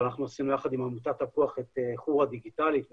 אבל אנחנו עשינו עם עמותת תפוח את חורה דיגיטלית וכו',